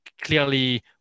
clearly